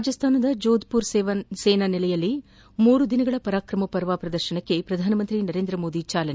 ರಾಜಸ್ನಾನದ ಜೋಧ್ಪುರ್ ಸೇನಾ ನೆಲೆಯಲ್ಲಿ ಮೂರು ದಿನಗಳ ಪರಾಕ್ರಮ ಪರ್ವ ಪ್ರದರ್ಶನಕ್ಕೆ ಪ್ರಧಾನಮಂತ್ರಿ ನರೇಂದ್ರಮೋದಿ ಚಾಲನೆ